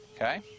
okay